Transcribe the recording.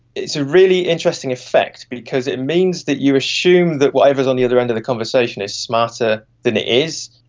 it's a really interesting effect because it means that you assume that whatever is on the other end of the conversation is smarter than it is.